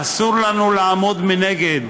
אסור לנו לעמוד מנגד.